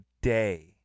day